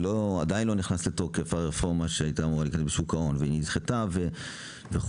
ושהרפורמה בשוק ההון עדיין לא נכנסה לתוקף ונדחתה וכולי,